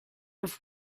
have